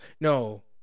No